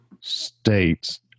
states